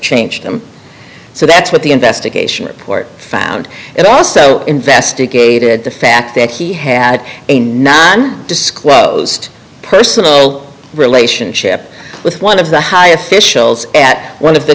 nge them so that's what the investigation report found and also investigated the fact that he had a non disclosed personal relationship with one of the high officials at one of the